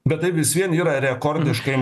bet tai vis vien yra rekordiškai